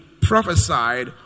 prophesied